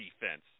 defense